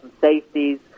safeties